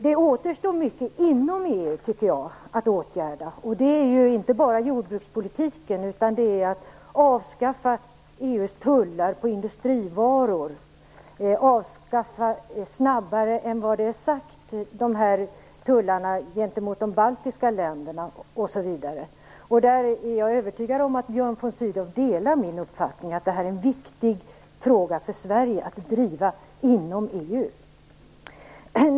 Det återstår mycket att åtgärda inom EU. Det är inte bara jordbrukspolitiken, utan det är att avskaffa EU:s tullar på industrivaror och att snabbare än vad det är sagt avskaffa tullarna gentemot de baltiska länderna, osv. Jag är övertygad om att Björn von Sydow delar min uppfattning att det här är en viktig fråga för Sverige att driva inom EU.